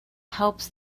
helps